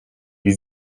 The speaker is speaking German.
die